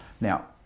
Now